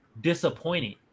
disappointed